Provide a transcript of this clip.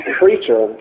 creature